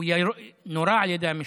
הוא נורה על ידי המשפחה,